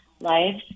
lives